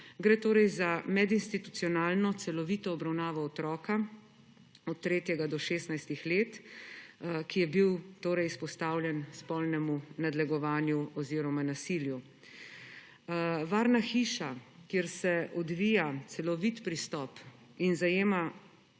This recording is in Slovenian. Gre torej za medinstitucionalno, celovito obravnavo otroka od tretjega do 16. leta, ki je bil izpostavljen spolnemu nadlegovanju oziroma nasilju. V varni hiši se odvija celovit pristop in ne zajema